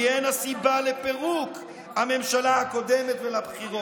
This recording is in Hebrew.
כי אין לה סיבה לפירוק הממשלה הקודמת ולבחירות.